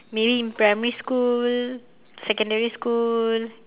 maybe in primary school secondary school